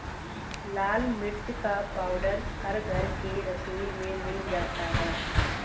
लाल मिर्च का पाउडर हर घर के रसोई में मिल जाता है